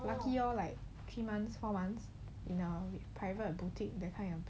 lucky lor like three months four months in private boutique that kind of thing